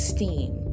Steam